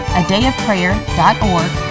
adayofprayer.org